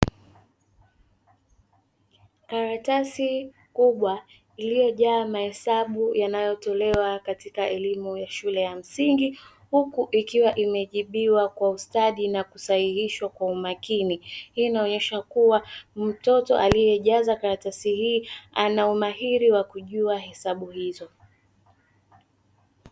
Karatasi kubwa iliyojaa mahesabu yanayotolewa katika elimu ya shule ya msingi, huku ikiwa imejibiwa kwa ustadi na kusahihishwa kwa umakini. Hii inaonyesha kuwa mtoto aliyejaza karatasi hii; ana umahiri wa kujua hesabu hizo.